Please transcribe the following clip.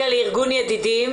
לפלגית מארגון "ידידים".